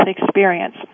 experience